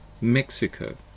Mexico